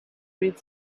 read